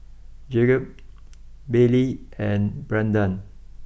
Jakob Baylee and Brandan